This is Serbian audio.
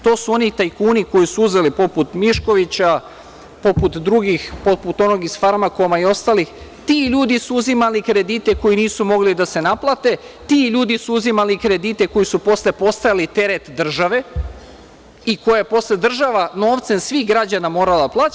To su oni tajkuni koji su uzeli, poput Miškovića, poput drugih, poput onog iz „Farmakoma“ i ostalih, ti ljudi su uzimali kredite koji nisu mogli da se naplate, ti ljudi su uzimali kredite koji su posle postajali teret države i koje je posle država, novcem svih građana, morala da plaća.